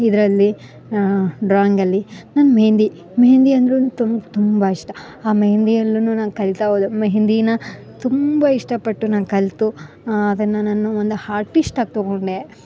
ಇದರಲ್ಲಿ ಡ್ರಾಯಿಂಗಲ್ಲಿ ನನ್ನ ಮೆಹೆಂದಿ ಮೆಹೆಂದಿ ಅಂದರೂನು ತುಂಬ ಇಷ್ಟ ಆಮೇಲೆ ಆ ಮೆಹೆಂದಿಯಲ್ಲುನು ಕಲಿತಾ ಹೋದೆ ಮೆಹೆಂದೀನ ತುಂಬ ಇಷ್ಟಪಟ್ಟು ನಾನು ಕಲ್ತು ಅದನ್ನ ನಾನು ಒಂದು ಹಾರ್ಟಿಸ್ಟಾಗ ತಗೊಂಡೆ